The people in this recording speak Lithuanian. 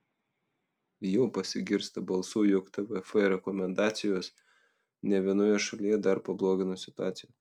jau pasigirsta balsų jog tvf rekomendacijos ne vienoje šalyje dar pablogino situaciją